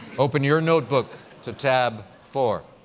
open your notebook to tab four.